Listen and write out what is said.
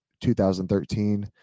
2013